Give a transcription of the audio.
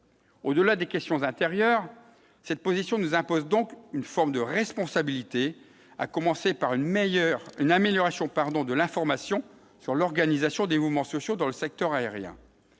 Au-delà des questions intérieures cette position nous impose donc une forme de responsabilité, à commencer par une meilleure une amélioration, pardon, de l'information sur l'organisation des mouvements sociaux dans le secteur aérien